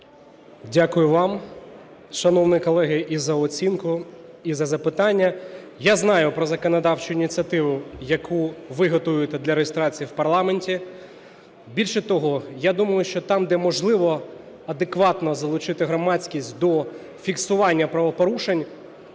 Дякую вам, шановні колеги, і за оцінку, і за запитання. Я знаю про законодавчу ініціативу, яку ви готуєте для реєстрації в парламенті. Більше того, я думаю, що там, де можливо адекватно залучити громадськість до фіксування правопорушень,